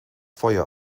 feuer